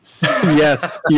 Yes